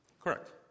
Correct